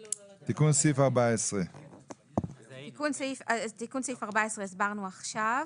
תיקון סעיף 14. את תיקון סעיף 14 הסברנו עכשיו.